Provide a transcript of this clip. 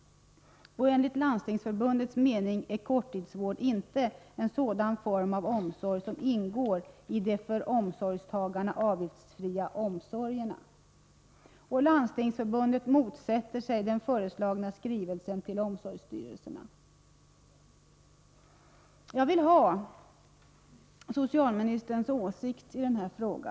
Enligt Landstingsförbundets mening är korttidsvård inte en sådan form av omsorg som ingår i de för omsorgstagarna avgiftsfria omsorgerna. Landstingsförbundet motsätter sig den föreslagna skrivelsen till omsorgsstyrelserna. 81 Jag vill ha socialministerns åsikt i denna fråga.